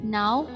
now